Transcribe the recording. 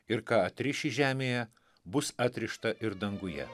ir ką atriši žemėje bus atrišta ir danguje